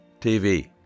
tv